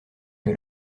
que